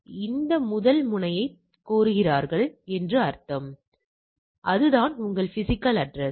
எனவே இந்த வகை சூழ்நிலையிலும் நாம் இந்த கை வர்க்கப் பரவல் மற்றும் கை வர்க்க சோதனையை பயன்படுத்துகிறோம்